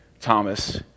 Thomas